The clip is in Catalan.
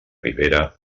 ribera